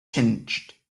tinged